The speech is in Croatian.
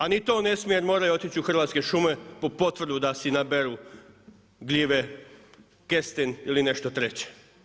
A ni to ne smije jer moraju otići u Hrvatske šume po potvrdu da si naberu gljive, kesten ili nešto treće.